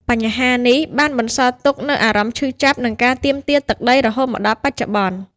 បញ្ហានេះបានបន្សល់ទុកនូវអារម្មណ៍ឈឺចាប់ និងការទាមទារទឹកដីរហូតមកដល់បច្ចុប្បន្ន។